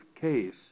case